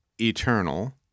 eternal